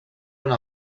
una